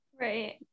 Right